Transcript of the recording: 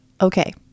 Okay